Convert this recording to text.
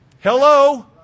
Hello